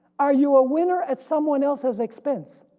are you a winner at someone else's expense?